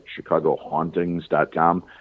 ChicagoHauntings.com